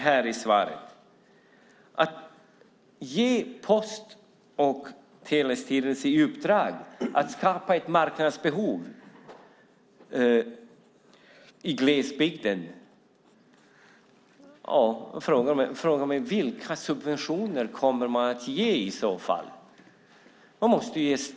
Det handlar om att ge Post och telestyrelsen i uppdrag att skapa ett marknadsbehov i glesbygden. Jag frågar mig vilka subventioner man i så fall kommer att ge.